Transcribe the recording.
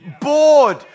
bored